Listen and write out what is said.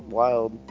wild